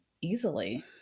easily